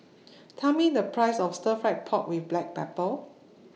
Tell Me The Price of Stir Fry Pork with Black Pepper